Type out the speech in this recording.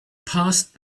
passed